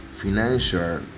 financial